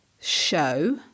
show